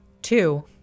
Two